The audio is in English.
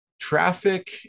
Traffic